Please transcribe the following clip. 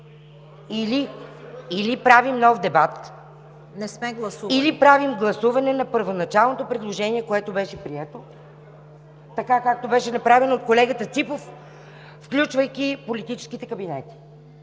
ВЕЛИСЛАВА КРЪСТЕВА: Или правим гласуване на първоначалното предложение, което беше прието, така както беше направено от колегата Ципов, включвайки политическите кабинети.